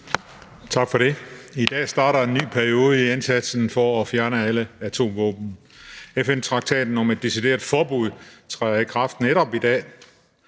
Tak for det. I dag starter en ny periode i indsatsen for at fjerne alle atomvåben. FN-traktaten om et decideret forbud træder i kraft netop i dag.